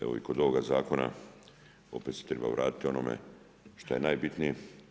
Evo i kod ovoga zakona opet se treba vratiti onome što je najbitnije.